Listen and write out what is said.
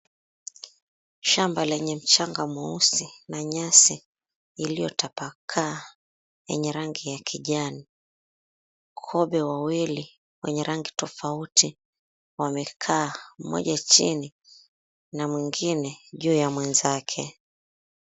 Shamba lenye mchanga mweusi na nyasi iliyotapakaa, yenye rangi ya kijani. Kobe wawili wenye rangi tofauti, wamekaa, moja chini na mwengine juu ya mwenzake.